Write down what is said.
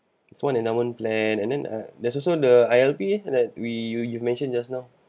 it's one endowment plan and then uh there's also the I_L_P that we you you've mentioned just now